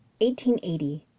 1880